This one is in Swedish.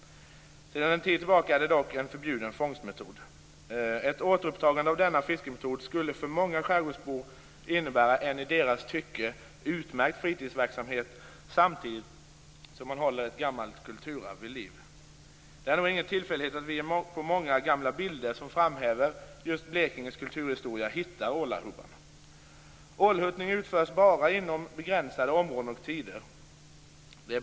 Sedan en tid tillbaka är det dock en förbjuden fångstmetod. Ett återupptagande av denna fiskemetod skulle för många skärgårdsbor innebära en, i deras tycke, utmärkt fritidsverksamhet samtidigt som man håller ett gammalt kulturarv vid liv. Det är nog ingen tillfällighet att vi hittar ålahubban på många gamla bilder som framhäver Blekinges kulturhistoria. Ålhuttning utövas bara inom begränsade områden och tider.